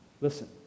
Listen